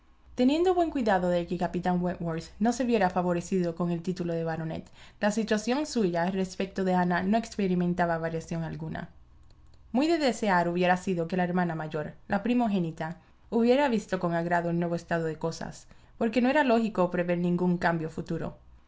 teniendo buen cuidado de que el capitán wentworth no se viera favorecido con el título de baronet la situación suya respecto de ana no experimentaba variación alguna muy de desear hubiera sido que la hermana mayor la primogénita hubiera visto con agrado el nuevo estado de cosas porque no era lógico prever ningún cambio futuro